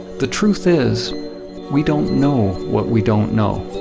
the truth is we don't know what we don't know.